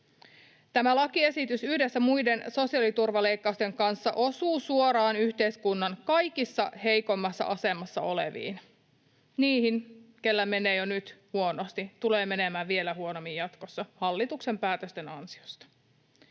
Tämä lakiesitys yhdessä muiden sosiaaliturvaleikkausten kanssa osuu suoraan yhteiskunnan kaikista heikoimmassa asemassa oleviin: niillä, keillä menee jo nyt huonosti, tulee menemään vielä huonommin jatkossa hallituksen päätösten ansiosta.